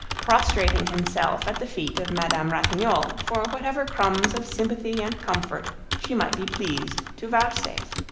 prostrating himself at the feet of madame ratignolle for whatever crumbs of sympathy and comfort she might be pleased to vouchsafe.